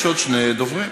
יש עוד שני דוברים.